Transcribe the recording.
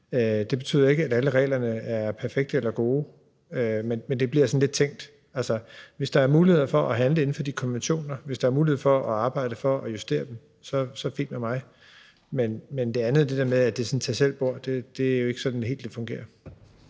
Det betyder ikke, at alle reglerne er perfekte eller gode. Men det bliver sådan lidt tænkt. Altså, hvis der er muligheder for at handle inden for de konventioner, hvis der er mulighed for at arbejde for at justere dem, er det fint med mig. Men i forhold til det andet med, at det er sådan et tag selv-bord, er det jo ikke helt sådan, det fungerer.